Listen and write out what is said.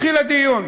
התחיל הדיון.